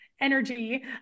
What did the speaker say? energy